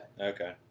okay